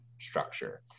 structure